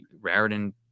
Raritan